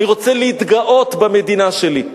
אני רוצה להתגאות במדינה שלי.